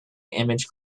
image